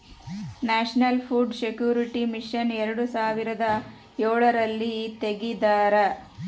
national food security mission ಎರಡು ಸಾವಿರದ ಎಳರಲ್ಲಿ ತೆಗ್ದಾರ